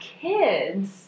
kids